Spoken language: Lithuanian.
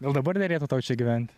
gal dabar derėtų tau čia gyvent